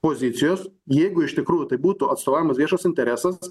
pozicijos jeigu iš tikrųjų tai būtų atstovaujamas viešas interesas